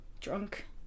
Drunk